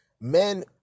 Men